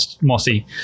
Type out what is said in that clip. mossy